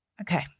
Okay